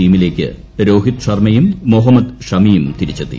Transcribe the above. ടീമിലേയ്ക്ക് രോഹിത് ശർമയും മുഹമ്മദ് ഷമിയും തിരിച്ചെത്തി